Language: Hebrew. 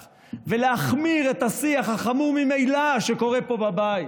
ולהחמיר את השיח החמור ממילא שקורה פה בבית.